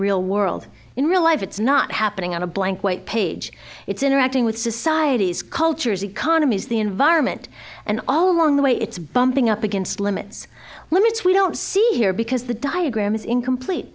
real world in real life it's not happening on a blank white page it's interacting with societies cultures economies the environment and all along the way it's bumping up against limits limits we don't see here because the diagram is incomplete